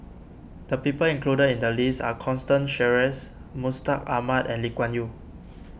the people included in the list are Constance Sheares Mustaq Ahmad and Lee Kuan Yew